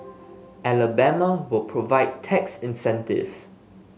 Alabama will provide tax incentives